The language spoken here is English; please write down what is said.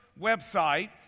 website